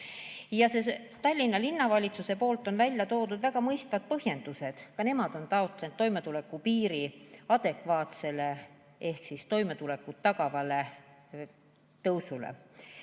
Tallinna Linnavalitsus on välja toonud väga mõistvad põhjendused. Ka nemad on taotlenud toimetulekupiiri adekvaatset ehk toimetulekut tagavat tõusu.